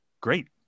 Great